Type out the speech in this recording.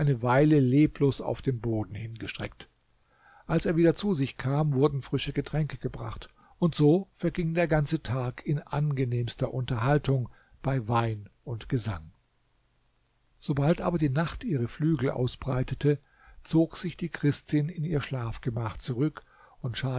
eine weile leblos auf dem boden hingestreckt als er wieder zu sich kam wurden frische getränke gebracht und so verging der ganze tag in angenehmster unterhaltung bei wein und gesang sobald aber die nacht ihre flügel ausbreitete zog sich die christin in ihr schlafgemach zurück und